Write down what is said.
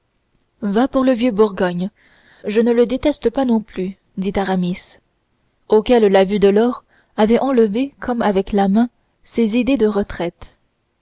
va pour le vieux bourgogne je ne le déteste pas non plus dit aramis auquel la vue de l'or avait enlevé comme avec la main ses idées de retraite